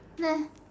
meh